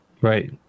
Right